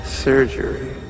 surgery